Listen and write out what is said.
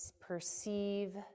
perceive